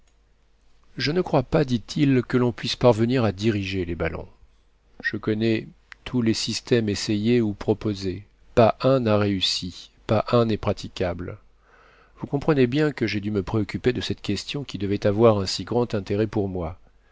je ne crois pas dit-il que l'on puisse parvenir à diriger les ballons je connais tous les systèmes essayés ou proposés pas un n'a réussi pas un n'est praticable vous comprenez bien que j'ai du me préoccuper de cette question qui devait avoir un si grand intérêt pour moi